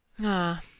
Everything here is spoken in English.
Ah